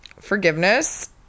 Forgiveness